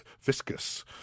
viscous